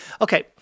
Okay